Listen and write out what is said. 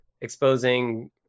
exposing